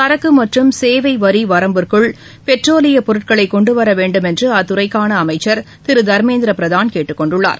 சரக்கு மற்றும் சேவை வரி வரம்புக்குள் பெட்ரோலியப் பொருட்களை கொண்டுவர வேண்டுமென்று அத்துறைக்கான அமைச்சா திரு தர்மேந்திர பிரதான் கேட்டுக் கொண்டுள்ளார்